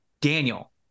Daniel